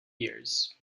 years